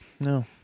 No